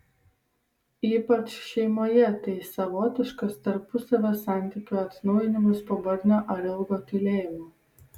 ypač šeimoje tai savotiškas tarpusavio santykių atnaujinimas po barnio ar ilgo tylėjimo